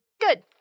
Good